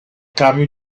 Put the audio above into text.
cambio